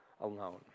alone